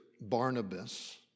Barnabas